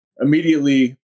immediately